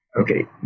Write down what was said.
Okay